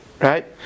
right